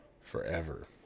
forever